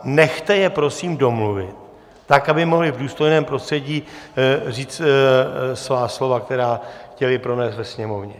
Nechte je prosím domluvit tak, aby mohli v důstojném prostředí říct svá slova, která chtěli pronést ve sněmovně.